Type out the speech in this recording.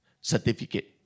certificate